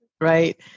right